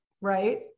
Right